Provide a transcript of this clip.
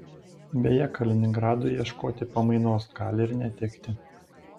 beje kaliningradui ieškoti pamainos gali ir netekti